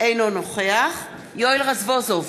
אינו נוכח יואל רזבוזוב,